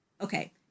okay